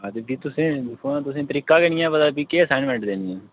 तुसेंगी तरीका दा गै नेई पता केह् असाइनमेंट देनी ऐ